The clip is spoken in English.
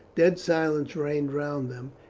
dead silence reigned round them,